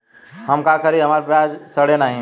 हम का करी हमार प्याज सड़ें नाही?